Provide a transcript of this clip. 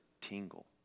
tingle